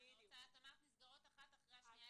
את אמרת נסגרות אחת אחרי השנייה,